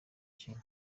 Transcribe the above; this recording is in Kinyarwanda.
kimwe